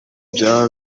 byaba